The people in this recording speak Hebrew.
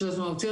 שאלות מהותיות,